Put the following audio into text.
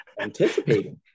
anticipating